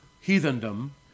heathendom